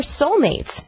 soulmates